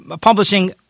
publishing